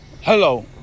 Hello